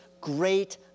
great